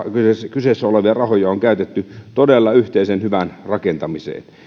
kyseessä olevia rahoja on käytetty todella yhteisen hyvän rakentamiseen